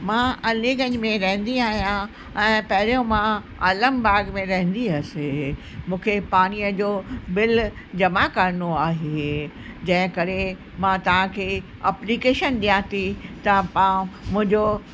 मां अलीगंज में रहंदी आहियां ऐं पहिरियों मां आलमबाग़ में रहंदी हुअसि मूंखे पाणीअ जो बिल जमा करणो आहे जंहिं करे मां तव्हांखे अप्लीकेशन ॾियां थी तव्हां पा मुंहिंजो